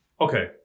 Okay